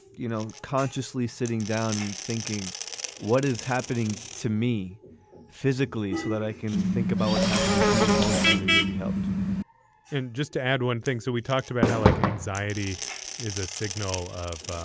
you know, consciously sitting down thinking what is happening to me physically so that i can think about what's happening to me emotionally really helped and just to add one thing, so we talked about how like anxiety is a signal of.